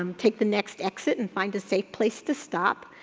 um take the next exit and find a safe place to stop.